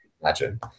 imagine